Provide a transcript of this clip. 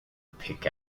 pick